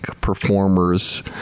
performers